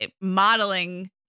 modeling